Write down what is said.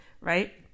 Right